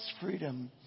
freedom